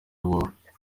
wowe